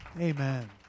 Amen